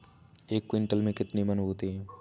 एक क्विंटल में कितने मन होते हैं?